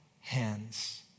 hands